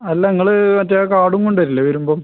അല്ല നിങ്ങൾ മറ്റേ ആ കാർഡും കൊണ്ടുവരില്ലേ വരുമ്പം